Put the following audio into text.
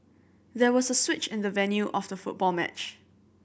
there was a switch in the venue of the football match